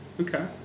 Okay